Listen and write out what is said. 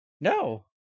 No